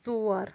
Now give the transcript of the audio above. ژور